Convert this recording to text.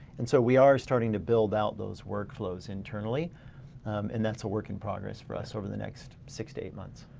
and so we are starting to build out those workflows internally and that's a work in progress for us over the next six to eight months.